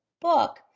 book